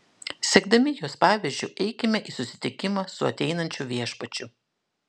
sekdami jos pavyzdžiu eikime į susitikimą su ateinančiu viešpačiu